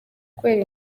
kubera